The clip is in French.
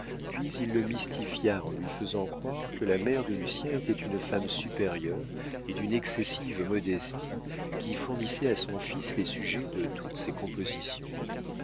puis il le mystifia en lui faisant croire que la mère de lucien était une femme supérieure et d'une excessive modestie qui fournissait à son fils les sujets de toutes ses compositions